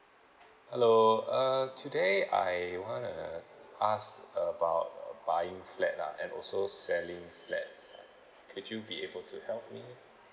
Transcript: hello uh today I wanna ask about buying flat lah and also selling flat ah could you be able to help me